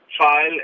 trial